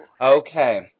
Okay